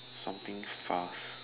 something fast